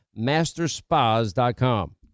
masterspas.com